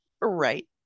Right